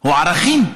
או ערכים,